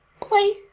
play